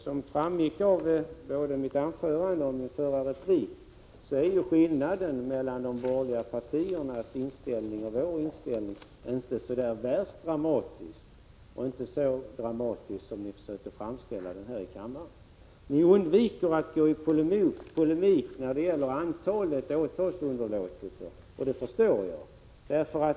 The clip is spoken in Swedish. Som framgick av både mitt anförande och min förra replik är skillnaden mellan de borgerliga partiernas inställning och vår inställning inte särskilt dramatisk och i varje fall inte så dramatisk som ni försöker framställa den här i kammaren. Ni undviker att gå i polemik i fråga om antalet åtalsunderlåtelser, och det förstår jag.